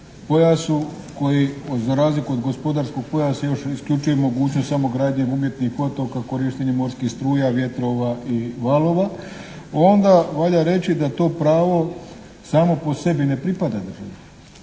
pojasu koji za razliku od gospodarskog pojasa još isključuje mogućnost samo gradnje umjetnih otoka, korištenje morskih struja, vjetrova i valova, onda valja reći da to pravo samo po sebi ne pripada državi.